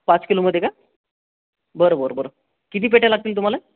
पाच किलोमध्ये का बरं बरं बरं किती पेट्या लागतील तुम्हाला